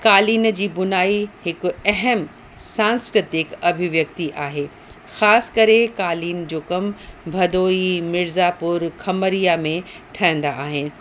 कालीन जी बुनाई हिकु अहम सांस्कृतिक अभीव्यक्ति आहे ख़ासि करे कालीन जो कमु भदोई मिर्ज़ापुर खमरीया में ठहंदा आहिनि